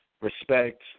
respect